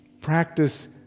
practice